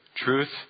Truth